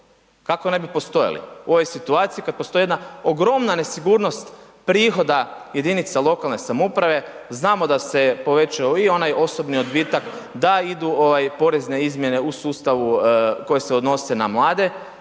Kako ne bi postojali u ovoj situaciji kad postoji jedna ogromna nesigurnost prihoda jedinica lokalne samouprave. Znamo da se povećao i onaj osobni odbitak, da idu ovaj porezne izmjene u sustavu koji se odnosio na mlade